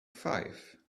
five